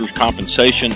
compensation